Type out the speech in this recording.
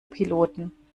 piloten